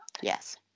yes